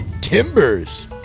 Timbers